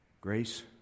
Grace